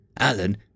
Alan